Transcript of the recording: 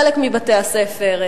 חלק מבתי-הספר,